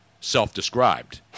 self-described